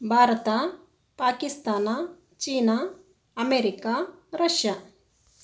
Bharat Pakistan China America Russia